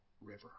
river